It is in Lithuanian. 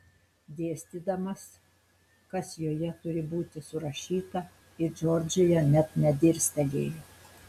dėstydamas kas joje turi būti surašyta į džordžiją net nedirstelėjo